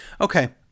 Okay